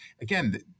again